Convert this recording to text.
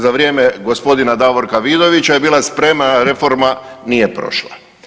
Za vrijeme gospodina Davorka Vidovića je bila spremna reforma, nije prošla.